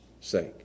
sake